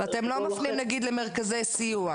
הם יגיעו אחרי זה --- ואתם לא מפנים נגיד למרכזי סיוע?